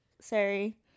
Sorry